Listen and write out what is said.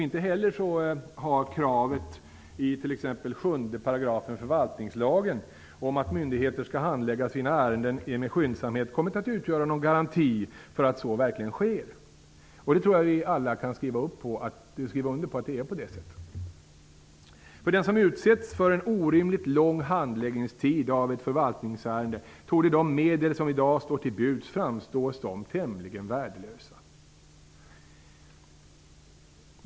Inte heller har kravet i t.ex. 7 § förvaltningslagen, om att myndigheter skall handlägga sina ärenden med skyndsamhet, kommit att utgöra någon garanti för att så verkligen sker. Jag tror att vi alla kan skriva under på att det är på det sättet. För dem som utsätts för en orimligt lång handläggningstid av ett förvaltningsärende torde de medel som i dag står till buds framstå som tämligen värdelösa.